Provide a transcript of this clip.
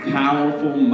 powerful